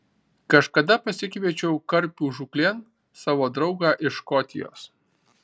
kažkada pasikviečiau karpių žūklėn savo draugą iš škotijos